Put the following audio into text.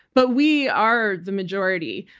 but we are the majority.